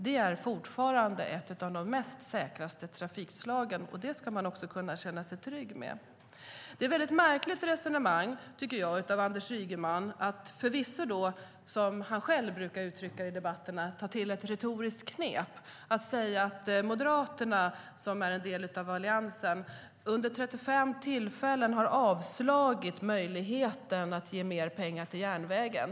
Det är fortfarande ett av de mest säkra trafikslagen, och det ska man kunna känna sig trygg med. Det är ett väldigt märkligt resonemang Anders Ygeman för, tycker jag. Han tar - som han själv brukar uttrycka det i debatterna - till ett retoriskt knep och säger att Moderaterna, som är en del av Alliansen, under 35 tillfällen har avslagit möjligheten att ge mer pengar till järnvägen.